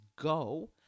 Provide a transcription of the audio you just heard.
go